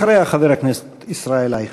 אחריה, חבר הכנסת ישראל אייכלר.